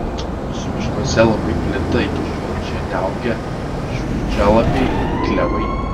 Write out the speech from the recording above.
mūsų miškuose labai plinta iki šiol čia neaugę šiurkščialapiai klevai